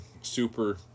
super